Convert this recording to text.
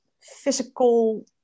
physical